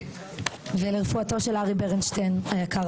הישיבה